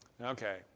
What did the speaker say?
Okay